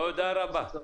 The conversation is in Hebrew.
תודה רבה.